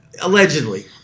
Allegedly